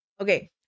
okay